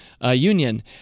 union